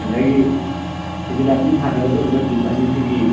ꯉꯁꯥꯏꯒꯤ ꯌꯨꯕꯤ ꯂꯥꯛꯄꯤ ꯁꯥꯟꯅꯒꯗꯧꯔꯤꯕ ꯇꯤꯝ ꯑꯅꯤꯁꯤꯒꯤ